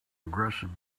aggressive